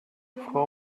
frau